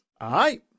Aye